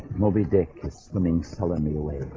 moby dick is swimming so follow me away.